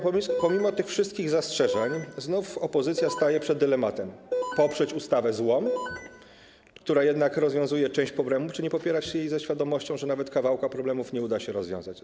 Pomimo tych wszystkich zastrzeżeń znów opozycja staje przed dylematem: poprzeć ustawę złą, która jednak rozwiązuje część problemów, czy nie popierać jej ze świadomością, że nawet kawałka problemów nie uda się rozwiązać.